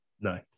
No